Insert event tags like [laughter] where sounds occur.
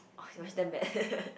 oh it was damn bad [laughs]